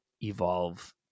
evolve